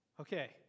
Okay